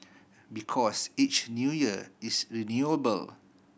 because each New Year is renewable